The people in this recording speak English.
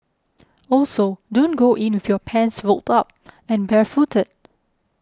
also don't go in with your pants rolled up and barefooted